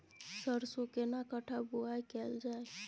सरसो केना कट्ठा बुआई कैल जाय?